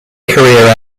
career